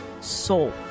soul